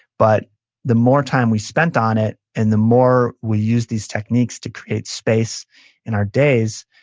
but the more time we spent on it, and the more we used these techniques to create space in our days,